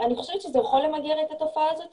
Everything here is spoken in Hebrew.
אני חושבת שזה יכול למגר את התופעה הזאת